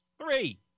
three